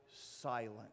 silent